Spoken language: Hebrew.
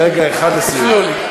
רגע אחד לסיום.